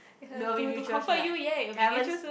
to to comfort you ya it will be mutual soon